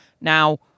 Now